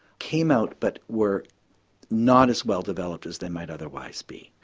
came out but were not as well developed as they might otherwise be.